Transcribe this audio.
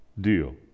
deal